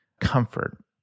comfort